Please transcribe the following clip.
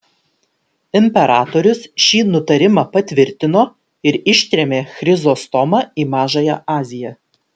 imperatorius šį nutarimą patvirtino ir ištrėmė chrizostomą į mažąją aziją